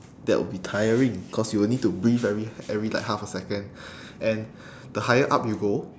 that will be tiring cause you will need to breathe every every like half a second and the higher up you go